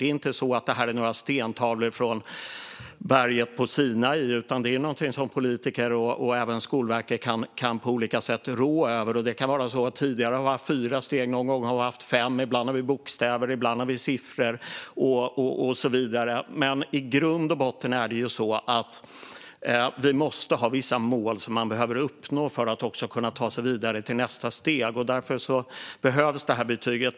Det är inte så att detta är några stentavlor från berget Sinai, utan det är någonting som politiker och även Skolverket kan rå över på olika sätt. Tidigare har vi haft fyra steg, och någon gång har vi haft fem. Ibland har vi bokstäver, ibland har vi siffror och så vidare. Men i grund och botten är det så att vi måste ha vissa mål eleven behöver uppnå för att kunna ta sig vidare till nästa steg, och därför behövs det här betyget.